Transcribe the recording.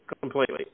completely